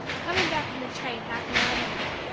coming back from the train half an hour later,